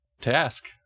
task